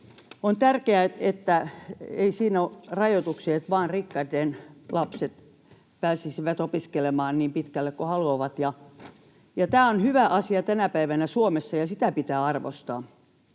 On tärkeää, että siinä ei ole rajoituksia, niin että vain rikkaitten lapset pääsisivät opiskelemaan niin pitkälle kuin haluavat. Tämä on hyvä asia tänä päivänä Suomessa, ja sitä pitää arvostaa.